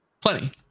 Plenty